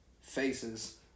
faces